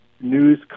news